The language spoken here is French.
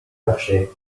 marcher